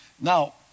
Now